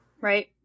Right